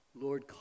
Lord